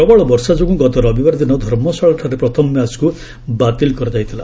ପ୍ରବଳ ବର୍ଷା ଯୋଗୁଁ ଗତ ରବିବାର ଦିନ ଧର୍ମଶାଳାଠାରେ ପ୍ରଥମ ମ୍ୟାଚ୍କୁ ବାତିଲ୍ କରାଯାଇଥିଲା